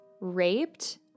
raped